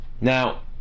now